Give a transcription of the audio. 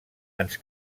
ens